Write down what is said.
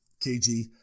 KG